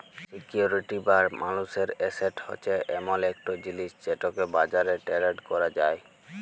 security বা মালুসের asset হছে এমল ইকট জিলিস যেটকে বাজারে টেরেড ক্যরা যায়